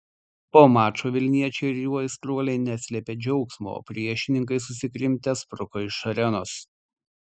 po mačo vilniečiai ir jų aistruoliai neslėpė džiaugsmo o priešininkai susikrimtę spruko iš arenos